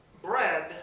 Bread